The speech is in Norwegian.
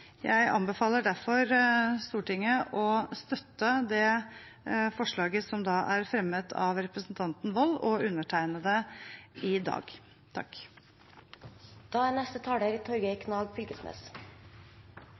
Jeg anbefaler derfor Stortinget å støtte det forslaget som er fremmet av representanten Wold og undertegnede i dag.